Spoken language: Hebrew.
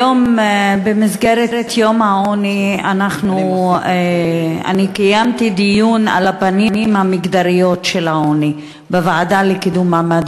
היום במסגרת יום המאבק בעוני קיימתי בוועדה לקידום מעמד